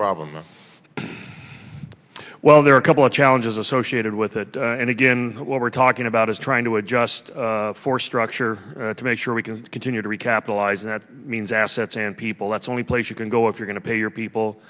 problem well there are a couple of challenges associated with it and again what we're talking about is trying to adjust for structure to make sure we can continue to recapitalize and that means assets and people that's only place you can go if you're going to pay your people